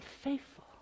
faithful